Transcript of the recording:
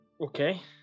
Okay